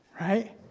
right